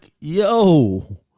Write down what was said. yo